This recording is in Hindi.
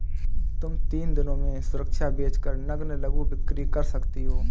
तुम तीन दिनों में सुरक्षा बेच कर नग्न लघु बिक्री कर सकती हो